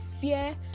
fear